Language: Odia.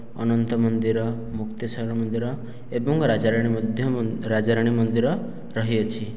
ଅନନ୍ତ ମନ୍ଦିର ମୁକ୍ତେଶ୍ଵର ମନ୍ଦିର ଏବଂ ରାଜାରାଣୀ ମଧ୍ୟ ରାଜାରାଣୀ ମନ୍ଦିର ରହିଅଛି